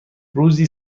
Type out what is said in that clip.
روزی